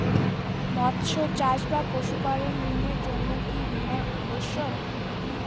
মৎস্য চাষ বা পশুপালন ঋণের জন্য কি বীমা অবশ্যক?